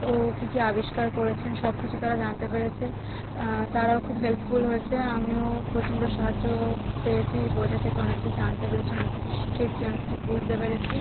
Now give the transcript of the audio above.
ও কী কী আবিষ্কার করেছেন সব কিছু তারা জানতে পেরেছে তারাও খুব হেল্পফুল হয়েছে আমিও প্রচণ্ড সাহায্য পেয়েছি বইটা থেকে অনেক কিছু জানতে পেরেছি অনেক কিছু শিখেছি অনেক কিছু বুঝতে পেরেছি